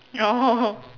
oh